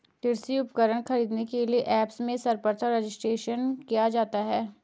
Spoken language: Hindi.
कृषि उपकरण खरीदने के लिए ऐप्स में सर्वप्रथम रजिस्ट्रेशन किया जाता है